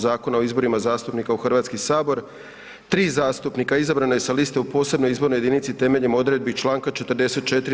Zakona o izborima zastupnika u Hrvatski sabor, 3 zastupnika izabrano je sa liste u posebnoj izbornoj jedinici temeljem odredbi Članka 44.